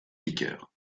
liqueur